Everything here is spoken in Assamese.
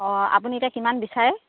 অঁ আপুনি এতিয়া কিমান বিচাৰে